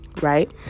right